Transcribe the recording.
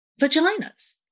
vaginas